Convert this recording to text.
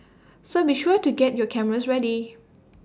so be sure to get your cameras ready